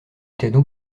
étaient